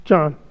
John